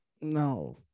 No